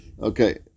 okay